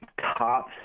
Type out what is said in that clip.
Top